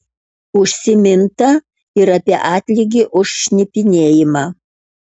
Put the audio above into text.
užsiminta ir apie atlygį už šnipinėjimą